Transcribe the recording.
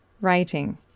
writing